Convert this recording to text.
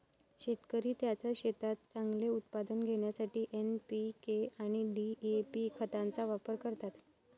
शेतकरी त्यांच्या शेतात चांगले उत्पादन घेण्यासाठी एन.पी.के आणि डी.ए.पी खतांचा वापर करतात